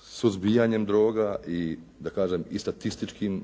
suzbijanjem droga i da kažem i statističkim,